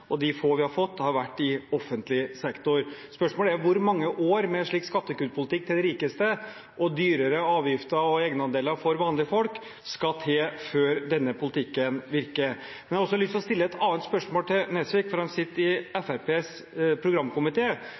og de få vi har fått, har vært i offentlig sektor. Spørsmålet er: Hvor mange år med slik skattekuttpolitikk til de rikeste og dyrere avgifter og egenandeler for vanlige folk skal til før denne politikken virker? Jeg har også lyst til å stille et annet spørsmål til Nesvik, for han sitter i